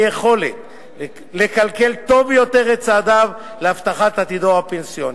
יכולת לכלכל טוב יותר את צעדיו להבטחת עתידו הפנסיוני.